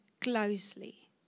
closely